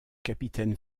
capitaine